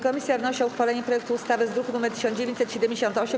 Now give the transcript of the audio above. Komisja wnosi o uchwalenie projektu ustawy z druku nr 1978.